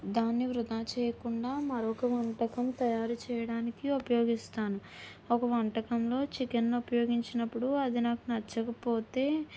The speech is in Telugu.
దాన్ని వృధా చేయకుండా మరొక వంటకం తయారు చేయడానికి ఉపయోగిస్తారు ఒక వంటకంలో చికెన్ ఉపయోగించినప్పుడు అది నాకు నచ్చకపోతే